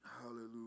Hallelujah